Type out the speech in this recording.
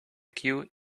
queue